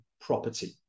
property